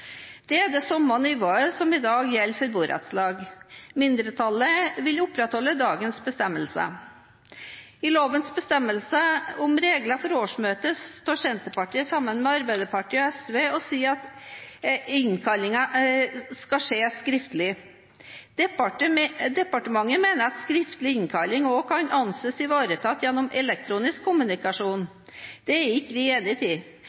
Det er det samme nivået som i dag gjelder for borettslag. Mindretallet vil opprettholde dagens bestemmelser. Når det gjelder lovens bestemmelser om regler for årsmøtet, står Senterpartiet, sammen med Arbeiderpartiet og SV, og sier at innkallingen skal skje skriftlig. Departementet mener at skriftlig innkalling også kan anses ivaretatt ved elektronisk kommunikasjon. Det er ikke vi enig i.